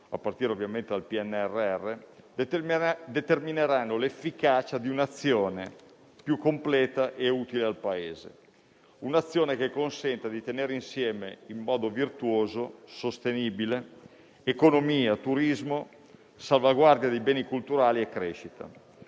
a partire ovviamente dal PNRR, determineranno l'efficacia di un'azione più completa e utile al Paese, un'azione che consenta di tenere insieme, in modo virtuoso e sostenibile, economia, turismo, salvaguardia dei beni culturali e crescita;